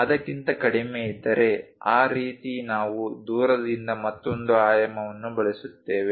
ಅದಕ್ಕಿಂತ ಕಡಿಮೆಯಿದ್ದರೆ ಆ ರೀತಿ ನಾವು ದೂರದಿಂದ ಮತ್ತೊಂದು ಆಯಾಮವನ್ನು ಬಳಸುತ್ತೇವೆ